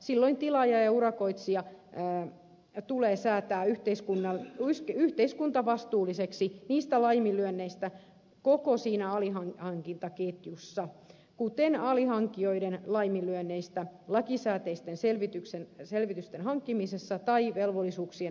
silloin tilaaja ja urakoitsija tulee säätää yhteiskuntavastuullisiksi laiminlyönneistä koko alihankintaketjussa kuten alihankkijoiden laiminlyönneistä lakisääteisten selvitysten hankkimisessa tai velvollisuuksien toteuttamisessa